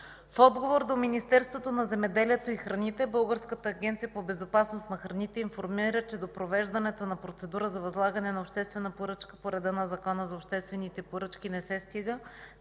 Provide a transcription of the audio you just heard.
В отговор до Министерството на земеделието и храните Българската агенция по безопасност на храните информира, че до провеждането на процедура за възлагане на обществена поръчка по реда на Закона за обществените поръчки не се стига,